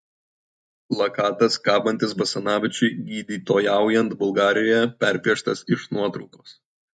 plakatas kabantis basanavičiui gydytojaujant bulgarijoje perpieštas iš nuotraukos